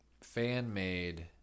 fan-made